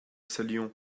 saluant